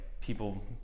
people